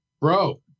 bro